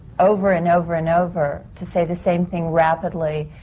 over and over and over to say the same thing rapidly.